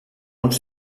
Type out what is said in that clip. uns